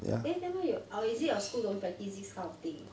eh then why you or is it your school don't practise this kind of thing